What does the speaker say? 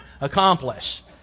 accomplish